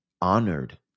honored